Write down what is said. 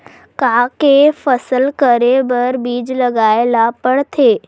का के फसल करे बर बीज लगाए ला पड़थे?